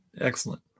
Excellent